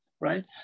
right